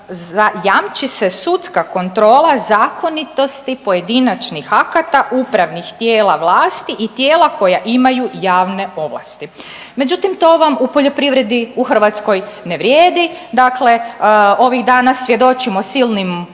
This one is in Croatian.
„Jamči se sudska kontrola zakonitosti pojedinačnih akata, upravnih tijela vlasti i tijela koja imaju javne ovlasti.“ Međutim to vam u poljoprivredi, u Hrvatskoj ne vrijedi. Dakle, ovih dana svjedočimo silnim